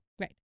Right